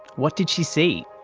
what did she see?